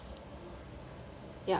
yup